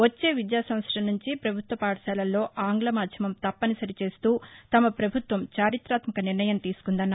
వచ్చే విద్యాసంవత్సరం నుంచి ప్రభుత్వ పాఠశాలల్లో ఆంగ్లమాధ్యమం తప్పనిసరి చేస్తూ తమ ప్రభుత్వం చారిత్రాత్మక నిర్ణయం తీసుకుందన్నారు